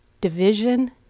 division